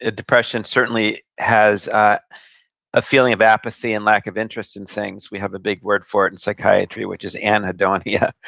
ah depression certainly has ah a feeling of apathy and lack of interest in things. we have a big word for it in psychiatry, which is anhedonia,